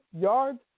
yards